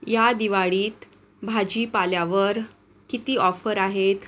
या दिवाळीत भाजीपाल्यावर किती ऑफर आहेत